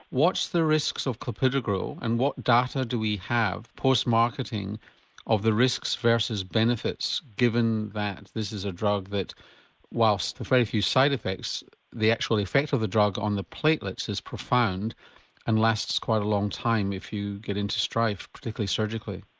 what's the risk so of clopidogrel and what data do we have post-marketing of the risk versus benefits given that this is a drug that whilst there are very few side effects the actual effect of the drug on the platelets is profound and lasts quite a long time if you get into strife, particularly surgically?